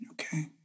Okay